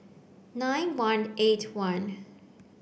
nine one eight one